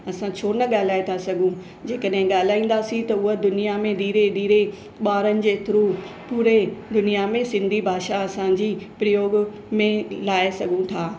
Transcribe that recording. असां छो न ॻाल्हाए त सघूं जेकॾहिं ॻाल्हाईंदासीं त उहा दुनिया में धीरे धीरे ॿारनि जे थ्रू पूरे दुनियां में सिंधी भाषा असांजी प्रयोग में लाइ सघूं था